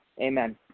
amen